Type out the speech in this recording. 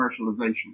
commercialization